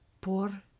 Poor